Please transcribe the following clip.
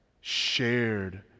shared